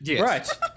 Right